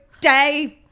Dave